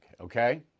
Okay